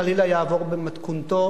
אם חלילה יעבור במתכונתו,